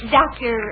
doctor